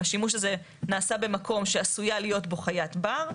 השימוש הזה נמצא במקום שעשויה להיות בו חיית בר,